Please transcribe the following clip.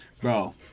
Bro